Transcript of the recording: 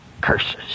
curses